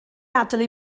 adael